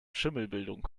schimmelbildung